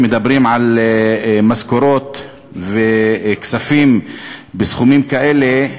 מדברים על משכורות וכספים בסכומים כאלה,